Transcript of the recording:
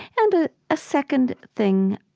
and a second thing,